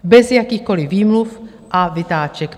Bez jakýchkoli výmluv a vytáček.